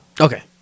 okay